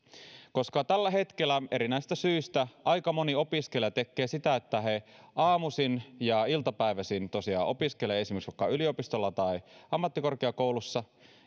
tällä hetkellä erinäisistä syistä aika moni opiskelija tekee sitä että he aamuisin ja iltapäivisin tosiaan opiskelevat esimerkiksi yliopistolla tai ammattikorkeakoulussa